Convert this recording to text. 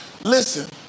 Listen